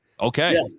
okay